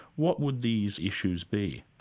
what would these issues be?